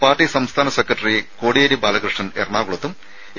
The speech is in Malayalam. പാർട്ടി സംസ്ഥാന സെക്രട്ടറി കോടിയേരി ബാലകൃഷ്ണൻ എറണാകുളത്തും എ